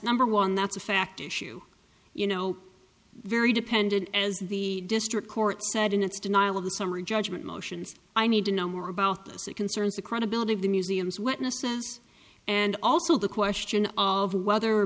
number one that's a fact issue you know very dependent as the district court said in its denial of the summary judgment motions i need to know more about this it concerns the credibility of the museum's witnesses and also the question of whether